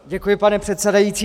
Děkuji, pane předsedající.